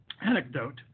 anecdote